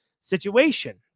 situation